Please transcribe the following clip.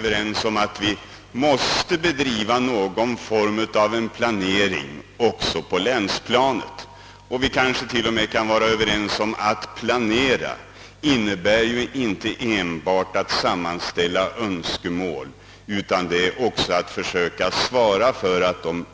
Det måste finnas någon form av planering också på länsplanet, och vi kanske till och med kan vara överens om att denna planering inte enbart skall innebära ett sammanställande av önskemål utan även ett övervägande av huruvida de